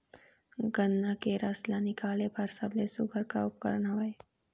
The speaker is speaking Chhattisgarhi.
गन्ना के रस ला निकाले बर सबले सुघ्घर का उपकरण हवए?